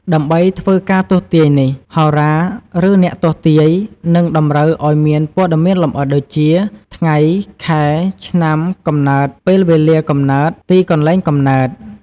ដើម្បីធ្វើការទស្សន៍ទាយនេះ ហោរា ឬអ្នកទស្សន៍ទាយ នឹងតម្រូវឱ្យមានព័ត៌មានលម្អិតដូចជា ថ្ងៃ ខែ ឆ្នាំ កំណើត ពេលវេលាកំណើត ទីកន្លែងកំណើត។